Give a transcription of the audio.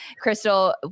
Crystal